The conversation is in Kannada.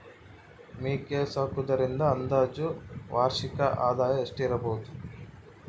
ಮೇಕೆ ಸಾಕುವುದರಿಂದ ಅಂದಾಜು ವಾರ್ಷಿಕ ಆದಾಯ ಎಷ್ಟಿರಬಹುದು?